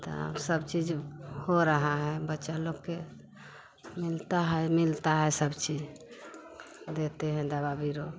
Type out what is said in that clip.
तब सब चीज हो रहा है बच्चा लोग के मिलता है मिलता है सब चीज देते हैं दवा बीरो